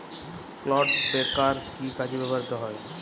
Clod breaker কি কাজে ব্যবহৃত হয়?